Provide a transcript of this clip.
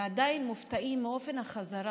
ועדיין מופתעים מאופן החזרה.